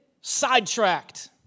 sidetracked